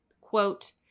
quote